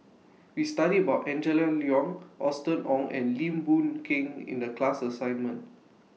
We studied about Angela Liong Austen Ong and Lim Boon Keng in The class assignment